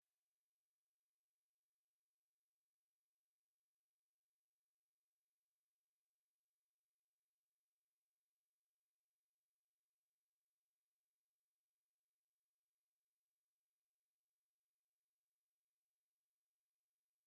Ingoma iri ahantu ariko iyo Ngoma uriho imirishyo.